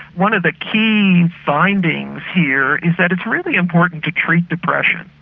one of the key findings here is that it's really important to treat depression,